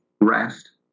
rest